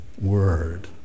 word